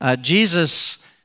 Jesus